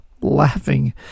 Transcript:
laughing